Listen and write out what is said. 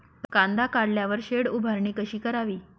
कांदा काढल्यावर शेड उभारणी कशी करावी?